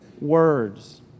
words